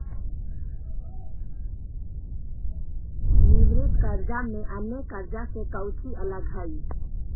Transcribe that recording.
Leverage कर्जा में अन्य कर्जा से कउची अलग हई?